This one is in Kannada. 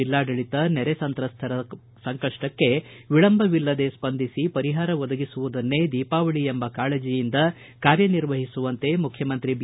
ಜಿಲ್ಲಾಡಳತ ನೆರೆ ಸಂತ್ರಸ್ತರ ಸಂಕಪ್ಪಕ್ಷೆ ವಿಳಂಬವಿಲ್ಲದೇ ಸ್ಪಂದಿಸಿ ಪರಿಹಾರ ಒದಗಿಸುವುದನ್ನೇ ದೀಪಾವಳ ಎಂಬ ಕಾಳಜಿಯಿಂದ ಕಾರ್ಲನಿರ್ವಹಿಸುವಂತೆ ಮುಖ್ಯಮಂತ್ರಿ ಬಿ